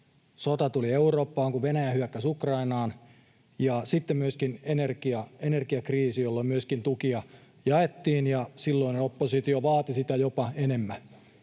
sota tuli Eurooppaan, kun Venäjä hyökkäsi Ukrainaan, ja sitten myöskin energiakriisillä, jolloin myöskin tukia jaettiin, ja silloinen oppositio vaati niitä jopa enemmän.